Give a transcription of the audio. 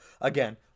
again